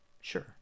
Sure